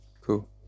Cool